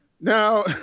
Now